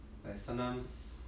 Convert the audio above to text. like sometimes